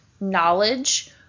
knowledge